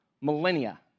millennia